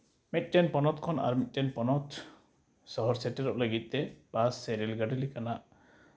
ᱢᱤᱫᱴᱮᱱ ᱯᱚᱱᱚᱛ ᱠᱷᱚᱱ ᱟᱨ ᱢᱤᱫᱴᱮᱱ ᱯᱚᱱᱚᱛ ᱥᱚᱦᱚᱨ ᱥᱮᱴᱮᱨᱚᱜ ᱞᱟᱹᱜᱤᱫ ᱛᱮ ᱵᱟᱥ ᱥᱮ ᱨᱮᱹᱞ ᱜᱟᱹᱰᱤ ᱞᱮᱠᱟᱱᱟᱜ